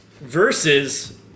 Versus